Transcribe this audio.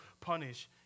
punish